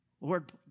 Lord